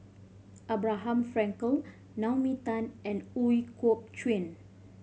Abraham Frankel Naomi Tan and Ooi Kok Chuen